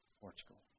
Portugal